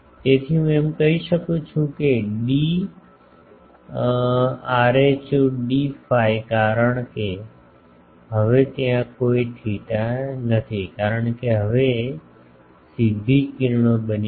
તેથી હું એમ કહી શકું છું કે d rho d phi કારણ કે હવે ત્યાં કોઈ થેટા નથી કારણ કે આ હવે સીધી કિરણો બની ગઈ છે